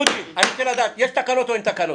דודי, אני רוצה לדעת האם יש תקנות או תקנות?